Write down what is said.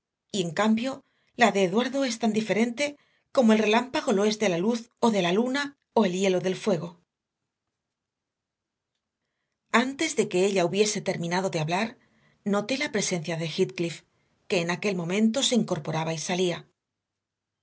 y en cambio la de eduardo es tan diferente como el relámpago lo es de la luz o de la luna o el hielo del fuego antes de que ella hubiese terminado de hablar noté la presencia de heathcliff que en aquel momento se incorporaba y salía